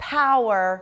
power